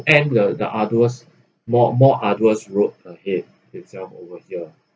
end will the arduous more more arduous road ahead itself over here